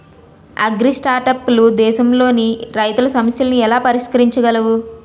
అగ్రిస్టార్టప్లు దేశంలోని రైతుల సమస్యలను ఎలా పరిష్కరించగలవు?